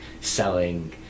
selling